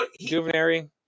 Juvenary